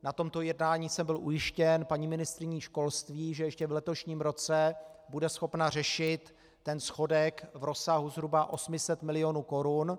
Na tomto jednání jsem byl ujištěn paní ministryní školství, že ještě v letošním roce bude schopna řešit ten schodek v rozsahu zhruba 800 milionů korun.